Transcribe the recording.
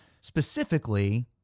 specifically